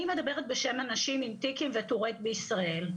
אני מדברת בשם אנשים עם טיקים וטוראט בישראל,